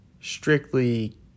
strictly